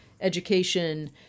education